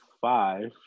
five